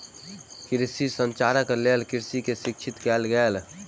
कृषि संचारक लेल कृषक के शिक्षित कयल गेल